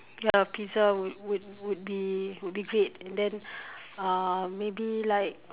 ya a pizza would would would be would be great and then uh maybe like